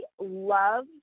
love